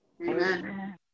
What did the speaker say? Amen